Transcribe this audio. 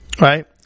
right